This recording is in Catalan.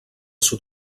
sud